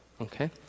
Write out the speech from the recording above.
Okay